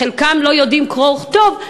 חלקם לא יודעים קרוא וכתוב,